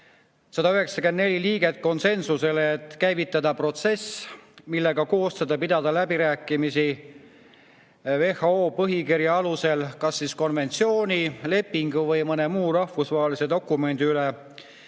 194 liiget konsensusele, et käivitada protsess, selleks et pidada läbirääkimisi WHO põhikirja alusel kas konventsiooni, lepingu või mõne muu rahvusvahelise dokumendi üle,